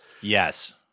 Yes